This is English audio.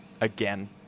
again